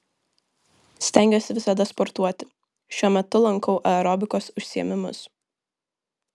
stengiuosi visada sportuoti šiuo metu lankau aerobikos užsiėmimus